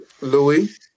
Louis